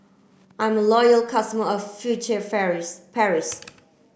I'm a loyal customer of Furtere Paris